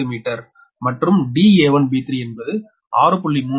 2 மீட்டர் மற்றும் da1b3 என்பது 6